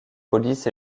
police